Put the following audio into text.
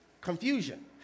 Confusion